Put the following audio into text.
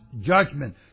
judgment